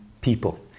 people